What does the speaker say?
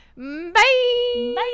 Bye